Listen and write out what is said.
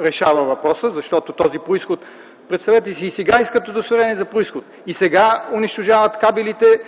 решава въпроса. И сега искат удостоверение за произход. И сега унищожават кабелите,